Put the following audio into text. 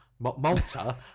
Malta